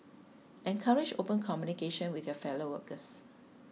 encourage open communication with your fellow workers